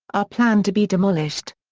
are planned to be demolished.